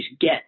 get